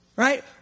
Right